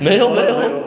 没有没有